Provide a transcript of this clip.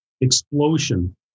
explosion